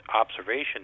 observation